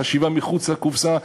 חשיבה מחוץ לקופסה,